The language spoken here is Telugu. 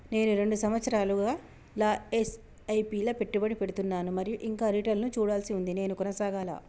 నేను రెండు సంవత్సరాలుగా ల ఎస్.ఐ.పి లా పెట్టుబడి పెడుతున్నాను మరియు ఇంకా రిటర్న్ లు చూడాల్సి ఉంది నేను కొనసాగాలా?